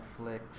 Netflix